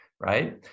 right